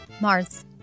Mars